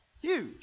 Huge